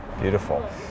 Beautiful